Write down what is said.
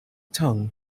tongue